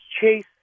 chase